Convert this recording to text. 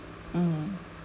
mm